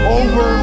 over